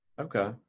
Okay